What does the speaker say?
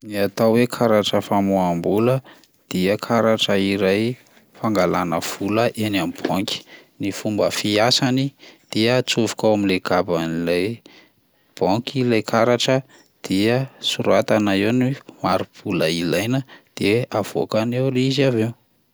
Ny atao hoe karatra famoaham-bola dia karatra iray fangalana vola eny amin'ny banky. Ny fomba fiasany dia atsofoka ao amin'lay GABn'ilay banky ilay karatra dia soratana eo ny mari-bola ilaina de avoakany eo le izy avy eo.